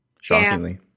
Shockingly